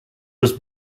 was